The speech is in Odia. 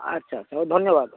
ଆଚ୍ଛା ଆଚ୍ଛା ହଉ ଧନ୍ୟବାଦ